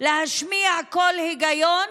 להשמיע קול היגיון